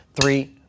Three